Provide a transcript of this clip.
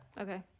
Okay